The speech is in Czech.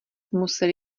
museli